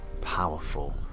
powerful